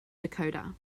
dakota